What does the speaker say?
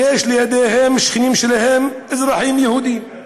ויש לידם, שכנים שלהם, אזרחים יהודים.